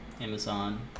Amazon